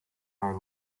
are